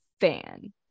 fan